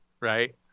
right